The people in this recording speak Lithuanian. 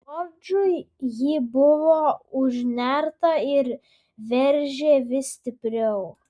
džordžui ji buvo užnerta ir veržė vis stipriau